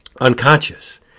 unconscious